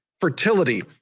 Fertility